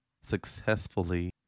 successfully